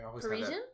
Parisian